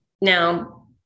Now